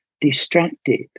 distracted